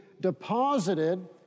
deposited